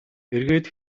эргээд